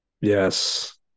Yes